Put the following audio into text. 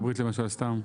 בארצות הברית למשל, סתם?